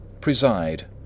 Preside